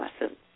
lesson